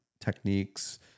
techniques